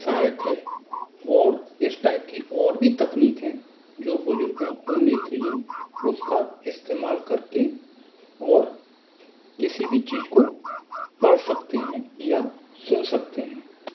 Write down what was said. सहायक है और इस टाइप की और भी तकनीक हैं जो बुज़ुर्गों और नेत्रहीन उसका इस्तेमाल कर के और किसी भी चीज़ को पढ़ सकते हैं या सुन सकते हैं